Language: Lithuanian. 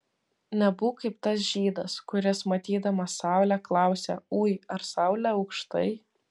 nebūk kaip tas žydas kuris matydamas saulę klausia ui ar saulė aukštai